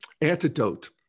antidote